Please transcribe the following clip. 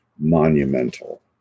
monumental